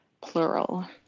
plural